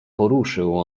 poruszył